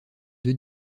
deux